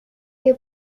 que